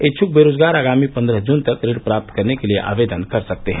इच्छुक बेरोजगार आगामी पन्द्रह जून तक ऋण प्राप्त करने के लिये आवेदन कर सकते हैं